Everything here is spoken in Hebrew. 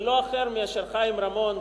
ולא אחר מאשר חיים רמון,